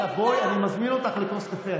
אני מזמין אותך לכוס קפה,